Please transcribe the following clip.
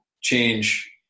change